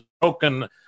broken